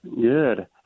Good